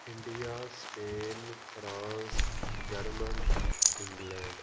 India Spain France German England